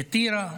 בטירה.